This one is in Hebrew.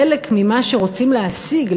חלק ממה שרוצים להשיג,